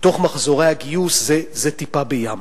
מתוך מחזורי הגיוס זו טיפה בים.